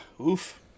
Oof